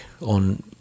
on